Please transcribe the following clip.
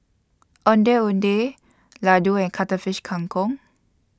Ondeh Ondeh Laddu and Cuttlefish Kang Kong